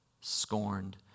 scorned